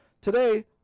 Today